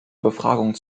befragung